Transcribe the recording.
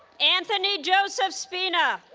anthony joseph spina